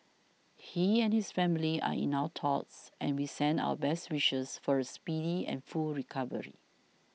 he and his family are in our thoughts and we send our best wishes for a speedy and full recovery